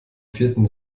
vierten